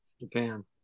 japan